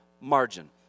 margin